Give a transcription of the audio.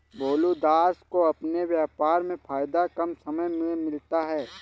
भोलू दास को अपने व्यापार में फायदा कम समय में मिलता है